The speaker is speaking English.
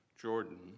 Jordan